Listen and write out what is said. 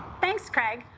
thanks, craig.